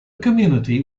community